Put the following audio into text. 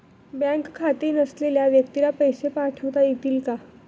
Bank खाते नसलेल्या व्यक्तीला पैसे पाठवता येतील का?